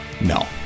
No